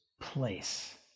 place